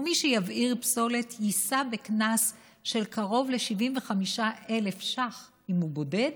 ומי שיבעיר פסולת יישא בקנס של קרוב ל-75,000 שקלים אם הוא בודד,